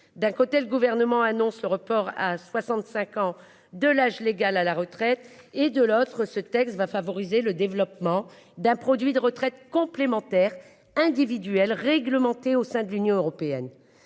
d'un côté le gouvernement annonce le report à 65 ans de l'âge légal à la retraite et de l'autre, ce texte va favoriser le développement d'un produit de retraite complémentaire individuelle réglementé au sein de l'Union européenne.